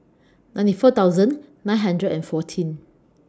ninety four thousand nine hundred and fourteen